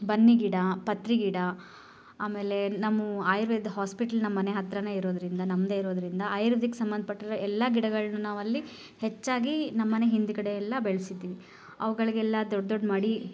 ಬನ್ನಿ ಗಿಡ ಪತ್ರೆ ಗಿಡ ಆಮೇಲೆ ನಮ್ಮ ಆಯುರ್ವೇದ ಹಾಸ್ಪಿಟ್ಲ್ ನಮ್ಮನೆ ಹತ್ರನೇ ಇರೋದರಿಂದ ನಮ್ಮದೆ ಇರೋದರಿಂದ ಆಯುರ್ವೇದಿಗ್ ಸಂಬಂಧಪಟ್ಟಿರುವ ಎಲ್ಲ ಗಿಡಗಳನ್ನು ನಾವಲ್ಲಿ ಹೆಚ್ಚಾಗಿ ನಮ್ಮನೆ ಹಿಂದುಗಡೆ ಎಲ್ಲ ಬೆಳೆಸಿದ್ದೀವಿ ಅವುಗಗಳಿಗೆಲ್ಲ ದೊಡ್ಡ ದೊಡ್ಡ ಮಡಿ